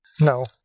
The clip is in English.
No